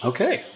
Okay